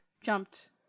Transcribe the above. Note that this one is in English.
jumped